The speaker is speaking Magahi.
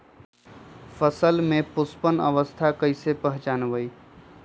फसल में पुष्पन अवस्था कईसे पहचान बई?